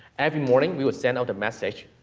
every morning we would send out a message,